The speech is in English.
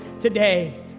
today